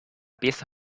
pieza